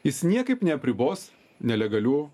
jis niekaip neapribos nelegalių